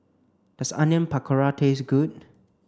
does Onion Pakora taste good